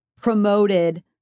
promoted